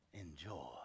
Enjoy